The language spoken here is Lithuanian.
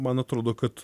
man atrodo kad